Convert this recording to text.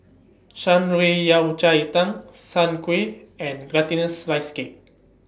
Shan Rui Yao Cai Tang Soon Kway and Glutinous Rice Cake